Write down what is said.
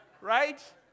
right